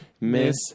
Miss